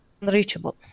unreachable